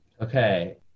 Okay